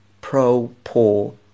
pro-poor